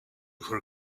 her